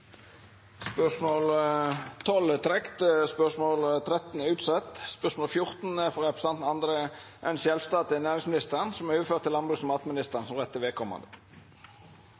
Spørsmål 14, fra representanten André N. Skjelstad til næringsministeren, er overført til landbruks- og matministeren som rette vedkommende.